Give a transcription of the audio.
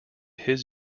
his